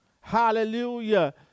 hallelujah